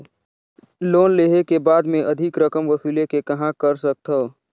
Loan लेहे के बाद मे अधिक रकम वसूले के कहां कर सकथव?